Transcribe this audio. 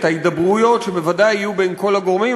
ההידברויות שבוודאי יהיו בין כל הגורמים,